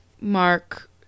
Mark